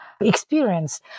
experience